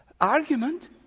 argument